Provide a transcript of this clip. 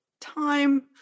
time